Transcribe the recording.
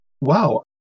Wow